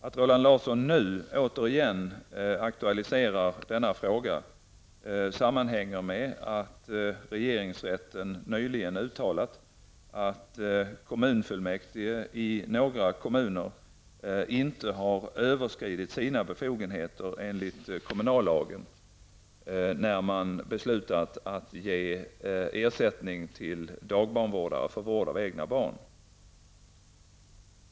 Att Roland Larsson nu återigen aktualiserar denna fråga sammanhänger med att regeringsrätten nyligen uttalat att kommunfullmäktige i några kommuner inte har överskridit sina befogenheter enligt kommunallagen när man beslutat att ge ersättning till dagbarnvårdare för vård av egna barn.